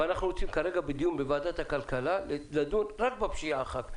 אבל אנחנו נמצאים כרגע בדיון בוועדת הכלכלה לדון רק בפשיעה אחת.